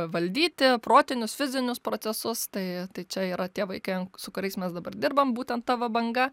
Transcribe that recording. valdyti protinius fizinius procesus tai tai čia yra tie vaikai an su kuriais mes dabar dirbam būtent ta va banga